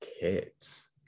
kids